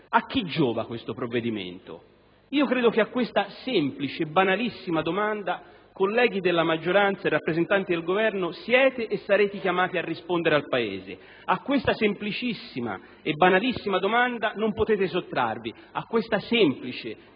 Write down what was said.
a chi giova questo provvedimento? A questa semplice e banalissima domanda, colleghi della maggioranza e rappresentanti del Governo, siete e sarete chiamati a rispondere al Paese. A questa semplicissima e banalissima domanda non potrete sottrarvi. A questa semplice e